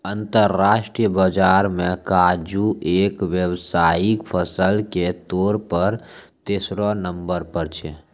अंतरराष्ट्रीय बाजार मॅ काजू एक व्यावसायिक फसल के तौर पर तेसरो नंबर पर छै